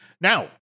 Now